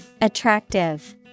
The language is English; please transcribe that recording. Attractive